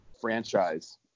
franchise